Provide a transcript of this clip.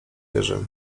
jerzy